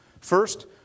First